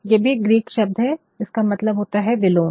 ये भी एक ग्रीक शब्द है और इसका मतलब होता है विलोम